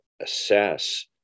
assess